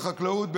את החקלאות,